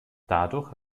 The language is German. dadurch